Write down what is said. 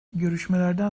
görüşmelerden